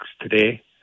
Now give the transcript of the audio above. today